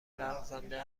لغزنده